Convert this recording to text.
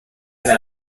aya